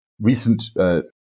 Recent